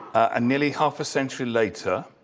and nearly half a century later,